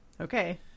Okay